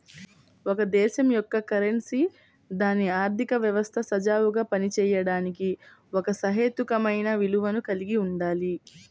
ఒక దేశం యొక్క కరెన్సీ దాని ఆర్థిక వ్యవస్థ సజావుగా పనిచేయడానికి ఒక సహేతుకమైన విలువను కలిగి ఉండాలి